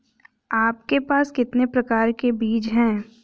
आपके पास कितने प्रकार के बीज हैं?